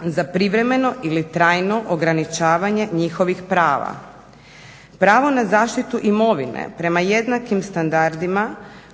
za privremeno ili trajno ograničavanje njihovih prava. Pravo na zaštitu imovine prema jednakim standardima